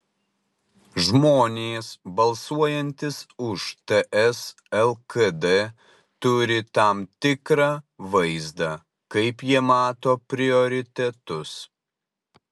žmonės balsuojantys už ts lkd turi tam tikrą vaizdą kaip jie mato prioritetus